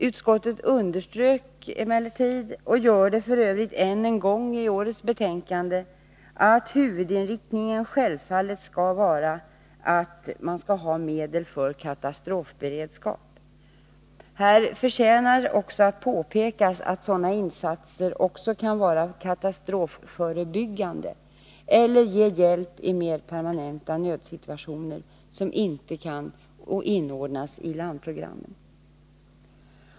Utskottet underströk emellertid, och gör det f. ö. än en gång i årets betänkande, att huvudinriktningen självfallet skall vara att man skall ha medel för katastrofberedskap. Här förtjänar att påpekas att sådana insatser också kan vara katastroförebyggande eller ge hjälp i mera permanenta nödsituationer som inte kan inordnas i landprogrammen.